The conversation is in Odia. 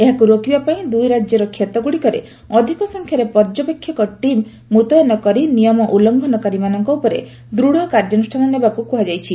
ଏହାକୁ ରୋକିବାପାଇଁ ଦୁଇ ରାଜ୍ୟର କ୍ଷେତଗୁଡ଼ିକରେ ଅଧିକ ସଂଖ୍ୟାରେ ପର୍ଯ୍ୟବେକ୍ଷକ ଟିମ୍ ମୁତୟନ କରି ନିୟମ ଉଲ୍ଲୁଙ୍ଘନକାରୀମାନଙ୍କ ଉପରେ ଦୃଢ଼ କାର୍ଯ୍ୟାନୁଷ୍ଠାନ ନେବାକୁ କୁହାଯାଇଛି